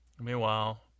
Meanwhile